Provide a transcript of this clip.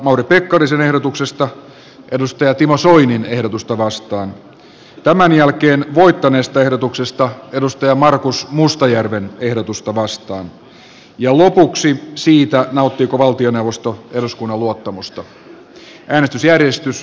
mauri pekkarisen ehdotuksesta edustaja timo soinin ehdotusta vastaan tämän jälkeen voittaneesta ehdotuksesta edustaja markus mustajärven pekkarinen on antti kaikkosen kannattamana tehnyt seuraavan ehdotuksen